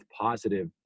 positive